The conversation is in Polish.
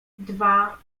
dwa